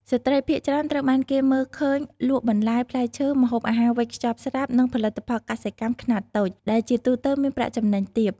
ស្ត្រីភាគច្រើនត្រូវបានគេឃើញលក់បន្លែ ផ្លែឈើ ម្ហូបអាហារវេចខ្ចប់ស្រាប់ និងផលិតផលកសិកម្មខ្នាតតូច ដែលជាទូទៅមានប្រាក់ចំណេញទាប។